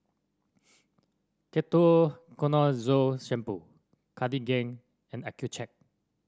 Ketoconazole Shampoo Cartigain and Accucheck